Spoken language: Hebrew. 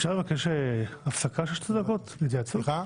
אפשר לבקש הפסקה של שתי דקות להתייעצות?